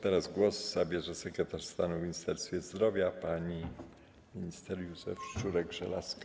Teraz głos zabierze sekretarz stanu w Ministerstwie Zdrowia pani minister Józefa Szczurek-Żelazko.